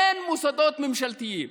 אין מוסדות ממשלתיים